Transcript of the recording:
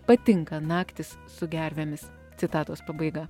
patinka naktys su gervėmis citatos pabaiga